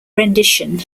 rendition